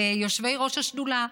ליושבי-ראש השדולה,